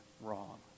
wrong